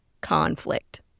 conflict